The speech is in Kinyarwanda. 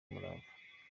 n’umurava